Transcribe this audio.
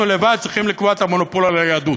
לבדנו צריכים לקבוע את המונופול על היהדות.